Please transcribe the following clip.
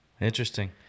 Interesting